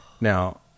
now